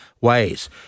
ways